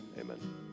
amen